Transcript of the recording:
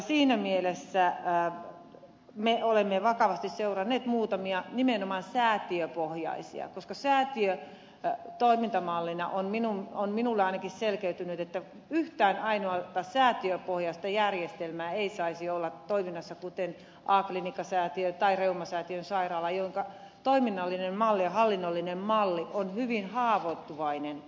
siinä mielessä me olemme vakavasti seuranneet muutamia nimenomaan säätiöpohjaisia palveluja koska minulle on ainakin selkeytynyt säätiöstä toimintamallina että ei saisi olla toiminnassa yhtään ainoata säätiöpohjaista järjestelmää kuten a klinikkasäätiö tai reumasäätiön sairaala jonka toiminnallinen malli ja hallinnollinen malli on hyvin haavoittuvainen